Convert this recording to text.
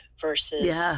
versus